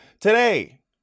Today